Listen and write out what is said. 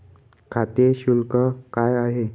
खाते शुल्क काय आहे?